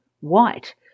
white